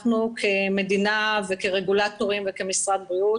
אנחנו כמדינה, כרגולטורים וכמשרד בריאות